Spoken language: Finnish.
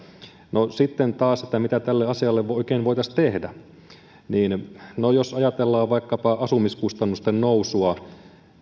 no mitä tälle asialle sitten oikein voitaisiin tehdä jos ajatellaan vaikkapa asumiskustannusten nousua